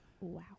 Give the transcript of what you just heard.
Wow